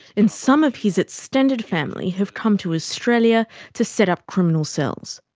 and some of his extended family have come to australia to set up criminal cells.